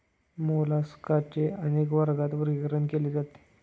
मोलास्काचे अनेक वर्गात वर्गीकरण केले जाते